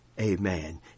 amen